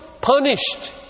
Punished